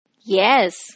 Yes